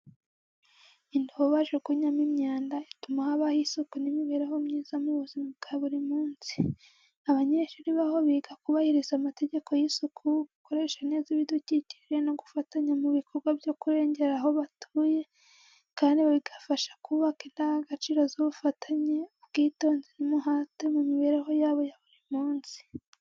Indobo bajugunyamo imyanda ituma habaho isuku n’imibereho myiza mu buzima bwa buri munsi. Abanyeshuri baho biga kubahiriza amategeko y’isuku, gukoresha neza ibidukikije no gufatanya mu bikorwa byo kurengera aho batuye, kandi bigafasha kubaka indangagaciro z’ubufatanye, ubwitonzi n’umuhate mu mibereho yabo ya buri munsi.